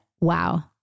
wow